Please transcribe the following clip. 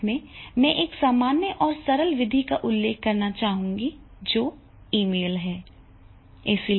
अंत में मैं एक सामान्य और सरल विधि का उल्लेख करना चाहूंगा जो ईमेल है